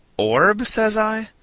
orb? says i.